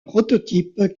prototype